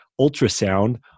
ultrasound